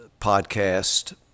Podcast